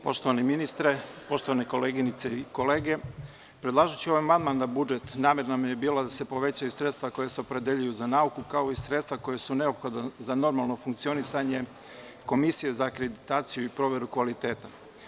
Poštovani ministre, poštovane koleginice i kolege, predlažući ovaj amandman na budžet, namera nam je bila da se povećaju sredstva koja se opredeljuju za nauku, kao i sredstva koja su neophodna za normalno funkcionisanje Komisije za akreditaciju i proveru kvaliteta.